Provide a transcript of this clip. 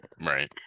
Right